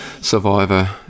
survivor